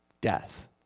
death